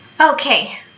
Okay